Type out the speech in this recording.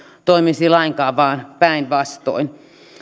toimisi lainkaan vaan päinvastoin